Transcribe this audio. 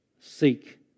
Seek